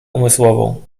umysłową